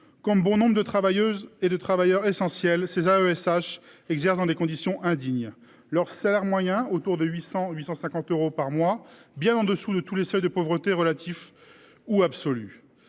comme bon nombre de travailleuses et de travailleurs essentiels ces ESH exerce dans des conditions indignes. Leur salaire moyen autour de 800 850 euros par mois bien en dessous de tous les seuils de pauvreté relative ou absolue,